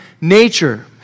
nature